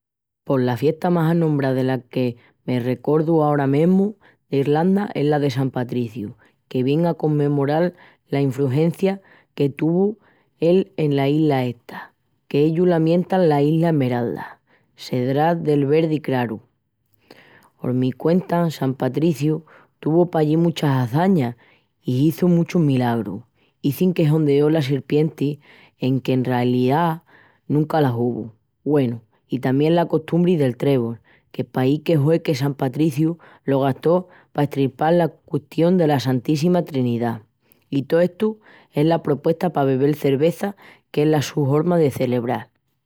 Pos la fiesta más anombrá dela que me recuerdu ara mesmu d'Ilranda es la de San Patriciu, que vien a comemoral la infrugencia que tuvu él ena isla esta, qu'ellus la mientan la Isla Esmeralda, sedrá del verdi craru. Hormi cuentan, San Patriciu tuvu pallí muchas hazañas i hizu muchus milagrus. Izin que hondeó las serpientis, enque en ralidá nuncu las uvu... Güenu, i tamién la costumbri del trebol, que pahi que hue que San Patriciu lo gastó pa esprical la custión dela Santíssima Trinidá. I tó estu es la propuesta pa bebel cerveza, que es la su horma de celebral.